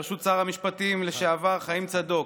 בראשות שר המשפטים לשעבר חיים צדוק,